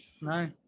No